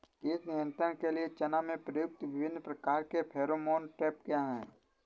कीट नियंत्रण के लिए चना में प्रयुक्त विभिन्न प्रकार के फेरोमोन ट्रैप क्या है?